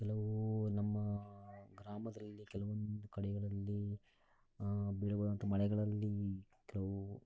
ಕೆಲವು ನಮ್ಮ ಗ್ರಾಮದಲ್ಲಿ ಕೆಲವೊಂದು ಕಡೆಗಳಲ್ಲಿ ಬೀಳುವಂಥ ಮಳೆಗಳಲ್ಲಿ ಕೆಲವು